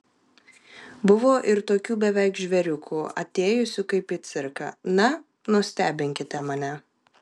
buvo ir tokių beveik žvėriukų atėjusių kaip į cirką na nustebinkite mane